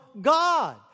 God